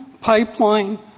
pipeline